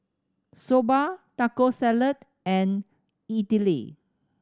Soba Taco Salad and Idili